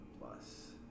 plus